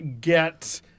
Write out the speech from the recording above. get